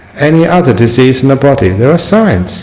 any other disease in the body there are signs